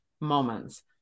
moments